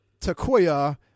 Takoya